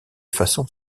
façon